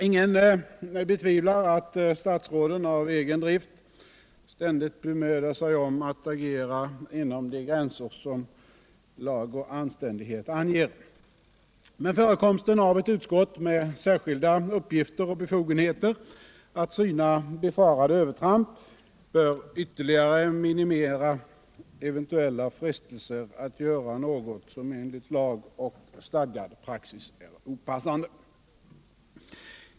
Ingen betvivlar att statsråden av egen drift ständigt bemödar sig om att agera inom de gränser som lag och anständighet anger. Men förekomsten av ett utskott med särskilda uppgifter och befogenheter att syna befarade övertramp bör ytterligare minimera eventuella frestelser att göra något som enligt lag och stadgad praxis är opassande.